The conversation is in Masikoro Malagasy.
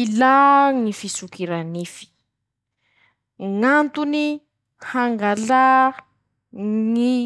Ilà ñy fisokira nify, Ñ'antony: -Hangalà, ñy